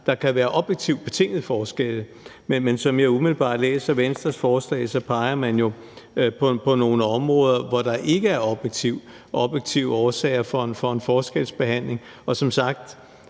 Der kan være objektivt betingede forskelle, men som jeg umiddelbart læser Venstres forslag, peger man jo på nogle områder, hvor der ikke er objektive årsager til en forskelsbehandling.